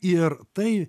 ir tai